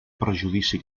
prejudici